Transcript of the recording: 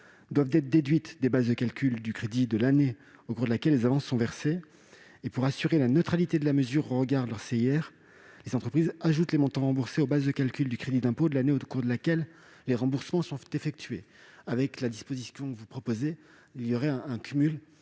doivent être déduites des bases de calcul du crédit de l'année au cours de laquelle elles sont versées. Pour assurer la neutralité de la mesure au regard de leur CIR, les entreprises ajoutent les montants remboursés aux bases de calcul du crédit d'impôt de l'année au cours de laquelle les remboursements sont effectués. La disposition que vous proposez entraînerait un cumul